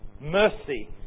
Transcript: mercy